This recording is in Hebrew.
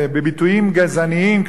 בביטויים גזעניים,